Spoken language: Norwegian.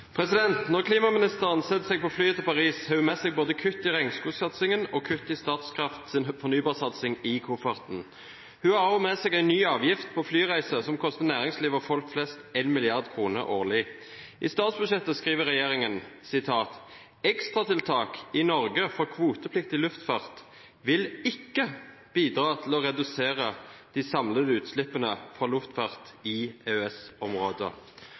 Når klimaministeren setter seg på flyet til Paris, har hun med seg i kofferten både kutt i regnskogsatsingen og kutt i Statkrafts fornybarsatsing. Hun har også med seg en ny avgift på flyreiser, som koster næringslivet og folk flest 1 mrd. kr årlig. I nasjonalbudsjettet skriver regjeringen: «Ekstratiltak i Norge for kvotepliktig luftfart vil ikke bidra til å redusere de samlede utslippene fra luftfart i